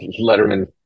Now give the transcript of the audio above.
Letterman